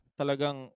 talagang